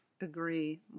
agree